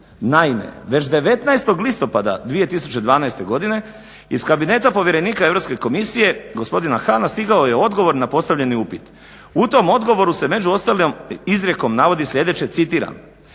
Naime, već 19. listopada 2012. godine iz Kabineta povjerenika Europske komisije gospodina Hana stigao je odgovor na upit. U tom odgovoru se među ostalim izrijekom navodi sljedeće, citira: